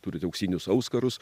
turite auksinius auskarus